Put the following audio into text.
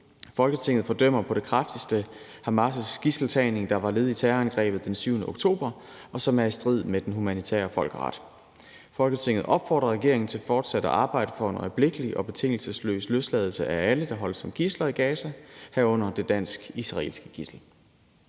»Folketinget fordømmer på det kraftigste Hamas' gidseltagning, der var led i terrorangrebet den 7. oktober og som er i strid med den humanitære folkeret. Folketinget opfordrer regeringen til fortsat at arbejde for en øjeblikkelig og betingelsesløs løsladelse af alle, der holdes som gidsler i Gaza, herunder det dansk-israelske gidsel.«